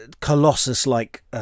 Colossus-like